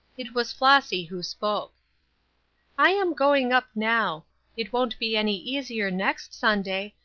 it was flossy who spoke i am going up now it won't be any easier next sunday,